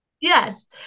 Yes